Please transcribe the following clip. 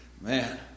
man